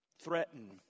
threaten